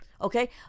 Okay